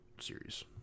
Series